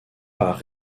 par